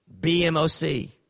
BMOC